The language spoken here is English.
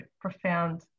profound